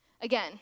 Again